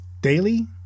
Daily